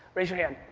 raise your hand.